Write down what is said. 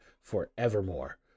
forevermore